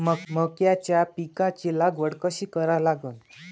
मक्याच्या पिकाची लागवड कशी करा लागन?